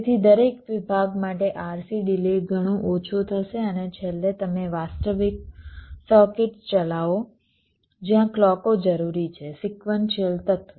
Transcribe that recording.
તેથી દરેક વિભાગ માટે RC ડિલે ઘણો ઓછો થશે અને છેલ્લે તમે વાસ્તવિક સર્કિટ્સ ચલાવો જ્યાં ક્લૉકો જરૂરી છે સિક્વન્સિયલ તત્વો